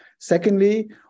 Secondly